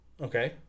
Okay